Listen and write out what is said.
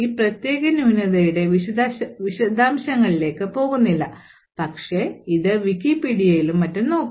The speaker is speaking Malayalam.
ഈ പ്രത്യേക ന്യൂനതയുടെ വിശദാംശങ്ങളിലേക്ക് പോകുന്നില്ലപക്ഷേ ഇത് വിക്കിപീഡിയയിലും മറ്റും നോക്കാം